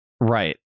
Right